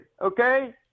okay